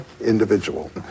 individual